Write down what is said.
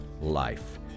life